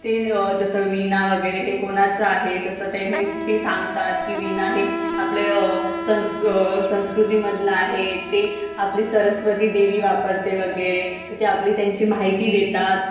ते जसं विणा वगैरे हे कोणाचं आहे जसं ते नुसती सांगतात की विणा हे आपले संस संस्कृतीमधला आहे ते आपली सरस्वती देवी वापरते वगैरे तर ते आपली त्यांची माहिती देतात